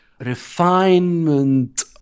refinement